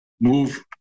move